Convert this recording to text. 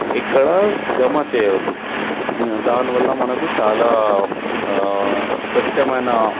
ఎక్కడ జమ చేయొద్దు దానివల్ల మనకు చాలా స్వచ్ఛమైన